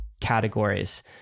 categories